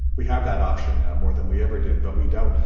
we have that option now more than we ever did. but we don't.